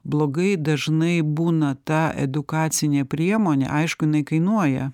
blogai dažnai būna ta edukacinė priemonė aišku jinai kainuoja